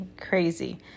crazy